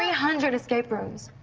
hundred escape rooms,